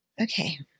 Okay